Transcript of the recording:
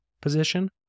position